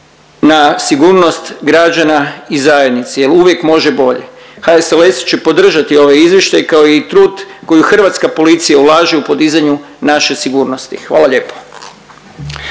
na sigurnost građana i zajednice jer uvijek može bolje. HSLS će podržati ovaj izvještaj kao i trud koji hrvatska policija ulaže u podizanju naše sigurnosti. Hvala lijepo.